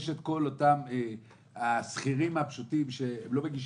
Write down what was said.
יש את אותם שכירים פשוטים שלא מגישים,